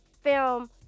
film